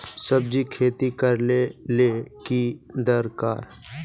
सब्जी खेती करले ले की दरकार?